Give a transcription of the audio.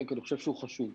כי אני חושב שהוא חשוב.